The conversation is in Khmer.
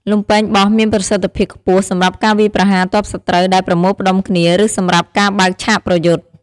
លំពែងបោះមានប្រសិទ្ធភាពខ្ពស់សម្រាប់ការវាយប្រហារទ័ពសត្រូវដែលប្រមូលផ្តុំគ្នា ឬសម្រាប់ការបើកឆាកប្រយុទ្ធ។